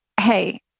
hey